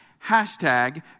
Hashtag